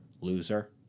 loser